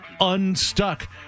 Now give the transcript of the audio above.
unstuck